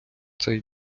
цей